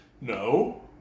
No